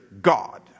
God